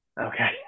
Okay